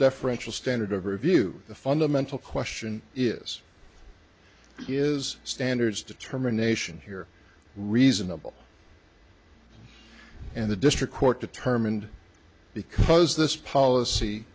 deferential standard of review the fundamental question is is standards determination here reasonable and the district court determined because this policy